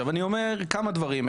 אני אומר כמה דברים.